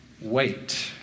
wait